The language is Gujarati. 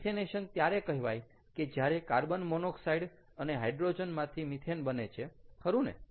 મિથેનેશન ત્યારે કહેવાય કે જ્યારે કાર્બન મોનોક્સાઈડ અને હાઇડ્રોજનમાંથી મિથેન બને છે ખરું ને